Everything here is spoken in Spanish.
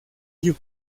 you